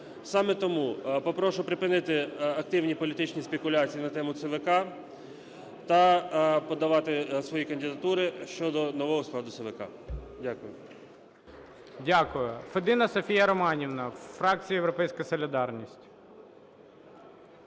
Саме тому попрошу припинити активні політичні спекуляції на тему ЦВК та подавати свої кандидатури щодо нового складу ЦВК. Дякую.